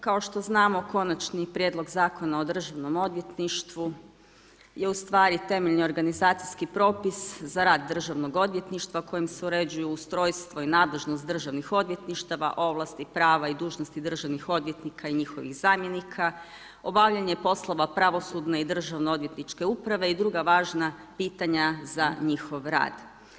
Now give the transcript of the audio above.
Kao što znamo Konačni prijedlog Zakona o državnom odvjetništvu je ustvari temeljni organizacijski propis za rad Državnog odvjetništva kojim se uređuju ustrojstvo i nadležnost državnih odvjetništava, ovlasti, prava i dužnosti državnih odvjetnika i njihovih zamjenika, obavljanje poslova pravosudne i državno odvjetničke uprave i druga važna pitanja za njihov rad.